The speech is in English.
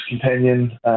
companion